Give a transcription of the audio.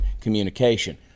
communication